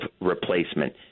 replacement